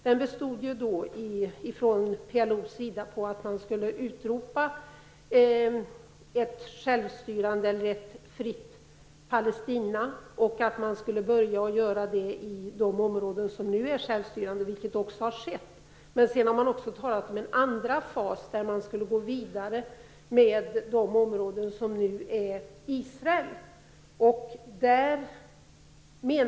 Den bestod från PLO:s sida av att man skulle utropa ett självstyrande eller ett fritt Palestina och att man skulle börja göra det i de områden som nu är självstyrande. Det har också skett. Men sedan har man också talat om en andra fas, där man skulle gå vidare med de områden som nu är Israels.